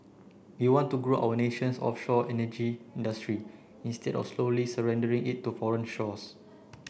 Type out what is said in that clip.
we want to grow our nation's offshore energy industry instead of slowly surrendering it to foreign shores